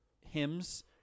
hymns